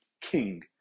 king